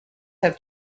have